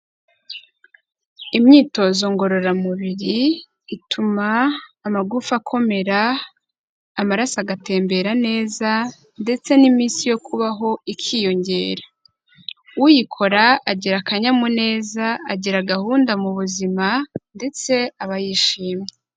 Imyitozo ngororamubiri ituma amagufwa akomera, amaraso agatembera neza, ndetse n'iminsi yo kubaho ikiyongera. Uyikora agira akanyamuneza, agira gahunda mu buzima ndetse aba yishimye.